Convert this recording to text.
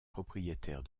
propriétaire